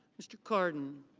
mr. cardin.